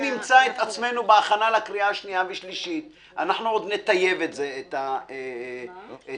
בהכנה לקריאה השנייה והשלישית אנחנו עוד נטייב את הנוסח.